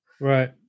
Right